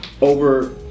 over